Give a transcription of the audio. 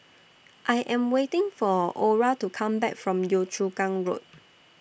I Am waiting For Orah to Come Back from Yio Chu Kang Road